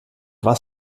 was